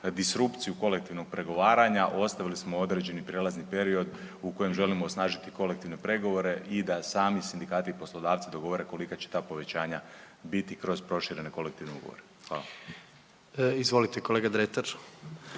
disrupciju kolektivnog pregovaranja ostavili smo određeni prelazni period u kojem želimo osnažiti kolektivne pregovore i da sami sindikati i poslodavci dogovore kolika će ta povećanja biti kroz proširene kolektivne ugovore. Hvala. **Jandroković, Gordan